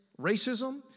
racism